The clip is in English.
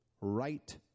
right